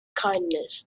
kindness